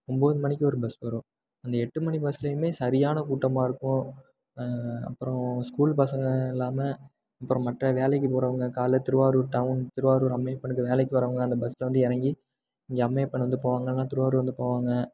ஒம்பது மணிக்கு ஒரு பஸ் வரும் அந்த எட்டு மணி பஸ்சிலேயுமே சரியான கூட்டமாக இருக்கும் அப்புறம் ஸ்கூல் பசங்கள் இல்லாமல் அப்புறம் மற்ற வேலைக்கு போகிறவங்க காலையில் திருவாரூர் டவுன் திருவாரூர் அம்மையப்பனுக்கு வேலைக்குப் போகிறவங்க அந்த பஸ்சில் வந்து இறங்கி இங்கே அம்மையப்பன் வந்து போவாங்க இல்லைனா திருவாரூர் வந்து போவாங்க